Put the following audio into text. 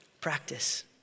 practice